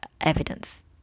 evidence